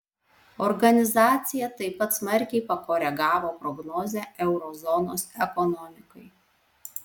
organizacija taip pat smarkiai pakoregavo prognozę euro zonos ekonomikai